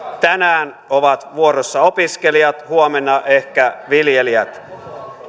tänään ovat vuorossa opiskelijat huomenna ehkä viljelijät